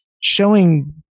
showing